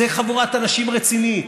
זו חבורת אנשים רצינית,